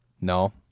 No